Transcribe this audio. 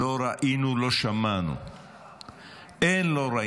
לא ראינו, לא שמענו.